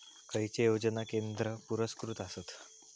खैचे योजना केंद्र पुरस्कृत आसत?